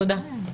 תודה.